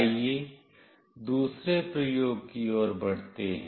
आइए दूसरे प्रयोग की ओर बढ़ते हैं